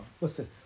Listen